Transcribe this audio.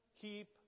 Keep